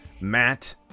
Matt